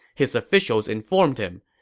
his officials informed him,